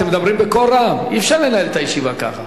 אתם מדברים בקול רם, אי-אפשר לנהל את הישיבה ככה.